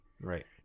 right